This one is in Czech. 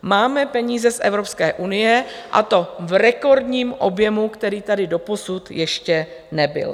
Máme peníze z Evropské unie, a to v rekordním objemu, který tady doposud ještě nebyl.